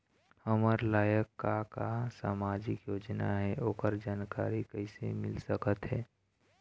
हमर लायक का का सामाजिक योजना हे, ओकर जानकारी कइसे मील सकत हे?